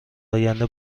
آینده